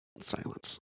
Silence